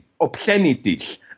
obscenities